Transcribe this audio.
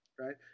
Right